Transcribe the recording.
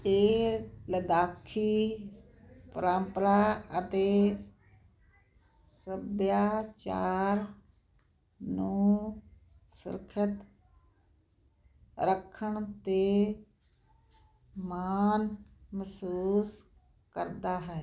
ਇਹ ਲੱਦਾਖੀ ਪਰੰਪਰਾ ਅਤੇ ਸੱਭਿਆਚਾਰ ਨੂੰ ਸੁਰੱਖਿਅਤ ਰੱਖਣ 'ਤੇ ਮਾਣ ਮਹਿਸੂਸ ਕਰਦਾ ਹੈ